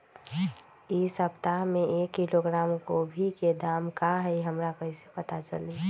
इ सप्ताह में एक किलोग्राम गोभी के दाम का हई हमरा कईसे पता चली?